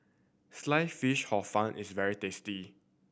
Sliced Fish Hor Fun is very tasty